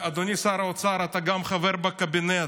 אדוני שר האוצר, אתה גם חבר בקבינט.